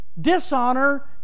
Dishonor